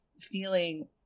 feeling